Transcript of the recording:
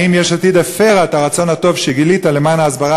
האם יש עתיד הפרה את הרצון הטוב שגילית למען ההסברה